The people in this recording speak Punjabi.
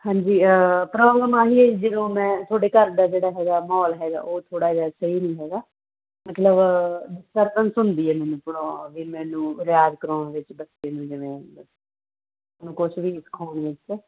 ਹਾਂਜੀ ਪ੍ਰੋਬਲਮ ਆਹੀ ਆ ਜਦੋਂ ਮੈਂ ਤੁਹਾਡੇ ਘਰ ਦਾ ਜਿਹੜਾ ਹੈਗਾ ਮਾਹੌਲ ਹੈਗਾ ਉਹ ਥੋੜ੍ਹਾ ਜਿਹਾ ਸਹੀ ਨਹੀਂ ਹੈਗਾ ਮਤਲਬ ਡਿਸਟਰਬੈਂਸ ਹੁੰਦੀ ਹੈ ਮੈਨੂੰ ਥੋੜ੍ਹਾ ਵੀ ਮੈਨੂੰ ਰਿਆਜ਼ ਕਰਾਉਣ ਵਿੱਚ ਬੱਚੇ ਨੂੰ ਜਿਵੇਂ ਹੁਣ ਕੁਛ ਵੀ